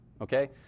okay